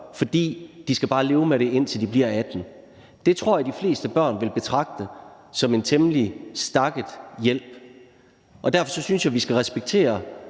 for de skal bare leve med det, indtil de bliver 18 år. Det tror jeg de fleste børn ville betragte som en temmelig stakket hjælp. Derfor synes jeg, vi skal respektere